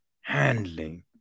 Handling